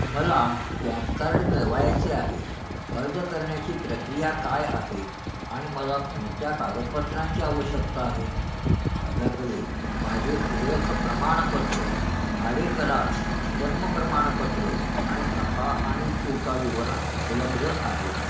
मला पॅनकार्ड मिळवायचे आहे अर्ज करण्याची प्रक्रिया काय आहे आणि मला कोणत्या कागदपत्रांची आवश्यकता आहे माझ्याकडे माझे ओळख प्रमाणपत्र भाडेकरार जन्म प्रमाणपत्र आणि नफा आणि तोटा विवरण उपलब्ध आहेत